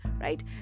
right